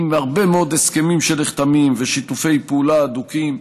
עם הרבה מאוד הסכמים שנחתמים ושיתופי פעולה הדוקים.